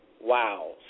Wow